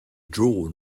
drawn